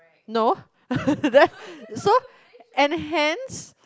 no there so and hence